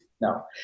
No